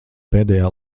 pēdējā